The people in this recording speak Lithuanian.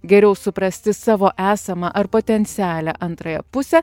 geriau suprasti savo esamą ar potencialią antrąją pusę